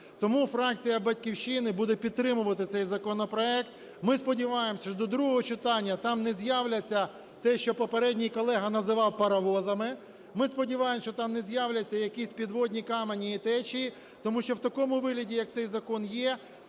Тому фракція "Батьківщина" буде підтримувати цей законопроект. Ми сподіваємось, що до другого читання там не з'являться те, що попередній колега називав "паровозами". Ми сподіваємось, що там не з'являться якісь підводні камені і течії, тому що в такому вигляді, як цей закон є,